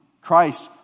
Christ